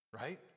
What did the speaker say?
right